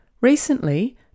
Recently